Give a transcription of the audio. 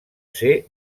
ser